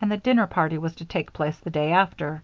and the dinner party was to take place the day after